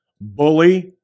bully